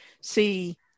see